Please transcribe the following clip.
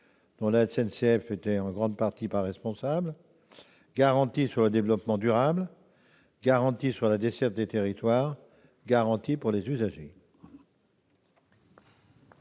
dont la SNCF était en grande partie non responsable, garanties en matière de développement durable, garanties sur la desserte des territoires, garanties pour les usagers.